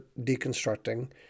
deconstructing